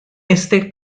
este